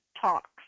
talks